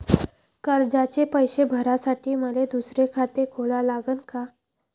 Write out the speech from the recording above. कर्जाचे पैसे भरासाठी मले दुसरे खाते खोला लागन का?